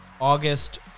August